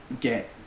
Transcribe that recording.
get